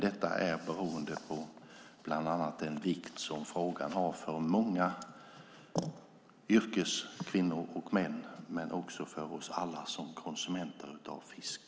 Det beror bland annat på den vikt som frågan har för många yrkeskvinnor och män men också för oss alla som är konsumenter av fisk.